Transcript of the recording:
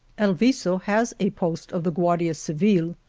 el viso has a post of the guardia civile.